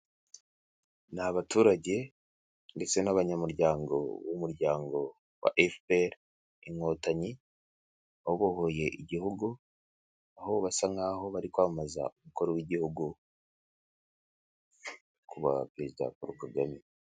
Ni abaturage ndetse n'abanyamuryango b'umuryango wa FPR Inkotanyi, wabohoye igihugu, aho basa nk'aho bari kwamaza umukuru w'igihugu, Nyakubahwa Perezida Paul Kagame.